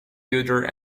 builder